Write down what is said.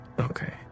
Okay